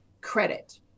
credit